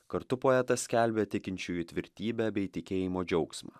kartu poetas skelbė tikinčiųjų tvirtybę bei tikėjimo džiaugsmą